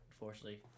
unfortunately